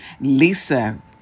Lisa